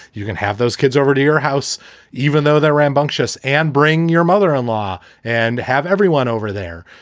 you can have those kids over to your house even though they're rambunctious and bring your mother in law and have everyone over there.